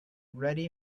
ready